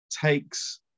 takes